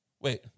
Wait